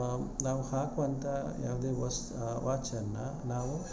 ನಾವು ಹಾಕುವಂಥ ಯಾವುದೇ ವಸ್ ವಾಚನ್ನು ನಾವು